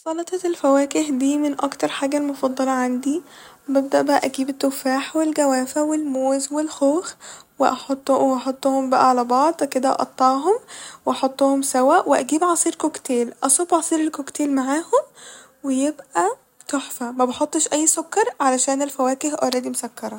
سلطة الفواكه دي من أكتر حاجة المفضلة عندي ، ببدأ بقى اجيب التفاح والجوافة والموز والخوخ وأحط- وأحطهم بقى على بعض وأقطعهم واحطهم سوا واجيب عصير كوكتيل أصب عصير الكوكتيل معاهم ويبقى تحفة ، مبحطش أي سكر علشان الفواكه اولريدي مسكرة